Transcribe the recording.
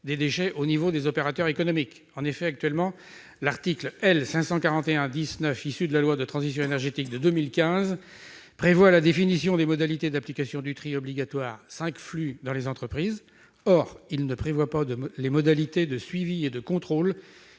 des déchets au niveau des opérateurs économiques. En effet, actuellement, l'article L. 541-10-9 du code de l'environnement, issu de la loi pour la transition énergétique de 2015, prévoit la définition des modalités d'application du tri obligatoire cinq flux dans les entreprises, mais pas les modalités de suivi et de contrôle.